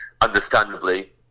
understandably